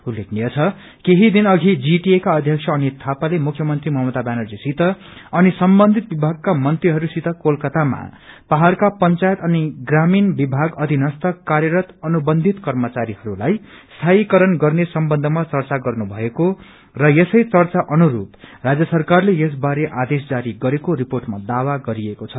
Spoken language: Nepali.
उल्लेखनीय छ केही दिन अघि जीटीए का अध्यक्ष अनित यापाले मुख्यमन्त्री ममता ब्यानर्जीसित अनि सम्बन्धित विमागका मंत्रीहरूसित कोलकातामा पहाङ्को पंचायत अनि प्रामिण विभाग अधिनस्य कार्यरत अनुबन्धित कर्मचारीहरूलाई स्थापीकरण गर्ने सम्बन्धमा चर्चा गर्नु भएको र यसे चर्चा अनुसर राञ्य सरकारले यस बारे आदेश जारी गरेको रिपोटमा दावा गरिएको छ